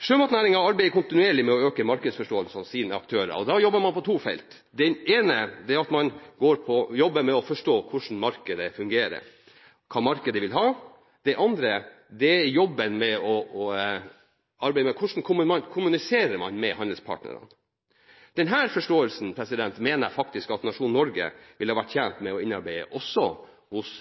Sjømatnæringen arbeider kontinuerlig med å øke markedsforståelsen hos sine aktører. Da jobber man på to felt – det ene er at man jobber med å forstå hvordan markedet fungerer, hva markedet vil ha, det andre er at man jobber med hvordan man kommuniserer med handelspartnerne. Denne forståelsen mener jeg faktisk at nasjonen Norge ville vært tjent med å innarbeide også hos